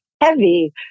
heavy